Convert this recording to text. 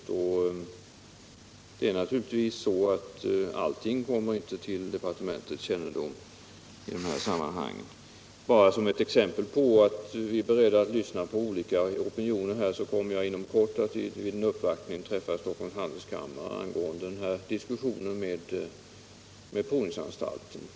Allting kommer naturligtvis inte till departementets kännedom i dessa sammanhang. Som ett exempel på att vi är beredda att lyssna till olika opinioner kan jag nämna att inom kort en uppvaktning kommer att göras av Stockholms Handelskam mare angående diskussionen med provningsanstalten.